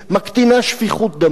מקטינה שפיכות דמים.